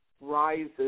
rises